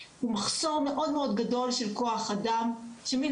הוא מחסור מאוד-מאוד גדול של כוח אדם שמן